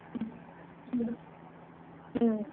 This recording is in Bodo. ओम ओम होम